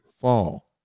fall